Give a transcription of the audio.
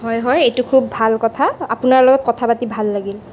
হয় হয় এইটো খুব ভাল কথা আপোনাৰ লগত কথা পাতি ভাল লাগিল